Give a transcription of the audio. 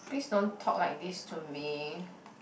please don't talk like this to me